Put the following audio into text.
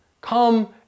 Come